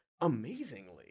amazingly